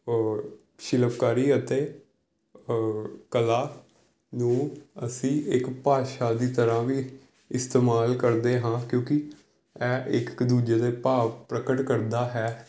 ਸ਼ਿਲਪਕਾਰੀ ਅਤੇ ਕਲਾ ਨੂੰ ਅਸੀਂ ਇੱਕ ਭਾਸ਼ਾ ਦੀ ਤਰ੍ਹਾਂ ਵੀ ਇਸਤੇਮਾਲ ਕਰਦੇ ਹਾਂ ਕਿਉਂਕਿ ਇਹ ਇੱਕ ਦੂਜੇ ਦੇ ਭਾਵ ਪ੍ਰਗਟ ਕਰਦਾ ਹੈ